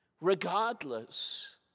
Regardless